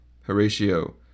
Horatio